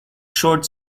short